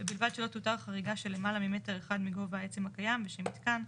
ובלבד שלא תותר חריגה של למעלה ממטר אחד מגובה העצם הקיים ושמיתקן,